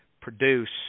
produce